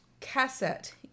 Cassette